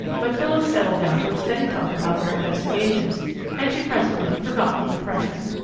but phyllis settled down to steady talk about their investigations and she presently forgot the impression.